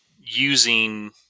using